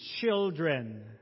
Children